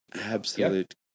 absolute